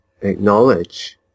acknowledge